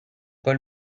paul